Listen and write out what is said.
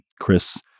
Chris